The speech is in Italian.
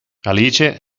alice